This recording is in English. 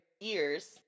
years